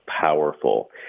powerful